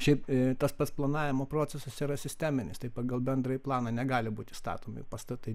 šiaip tas pats planavimo procesas yra sisteminis tai pagal bendrąjį planą negali būti statomi pastatai